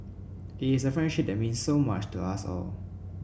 it is a friendship that means so much to us all